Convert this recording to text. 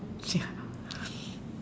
ya